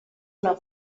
una